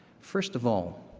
first of all,